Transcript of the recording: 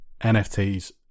NFTs